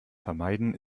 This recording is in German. vermeiden